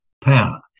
power